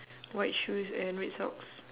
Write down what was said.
white shoes and red socks